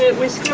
with